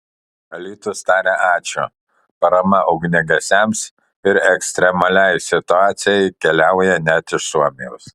alytus taria ačiū parama ugniagesiams ir ekstremaliai situacijai keliauja net iš suomijos